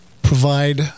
Provide